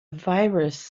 virus